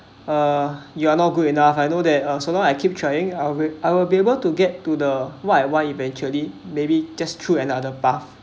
uh you are not good enough I know that uh so long I keep trying I will I will be able to get to the why why eventually maybe just through another path